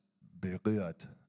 berührt